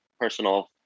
personal